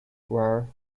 were